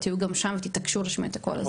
תהיו גם שם ותתעקשו להשמיע את הקול הזה.